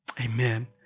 Amen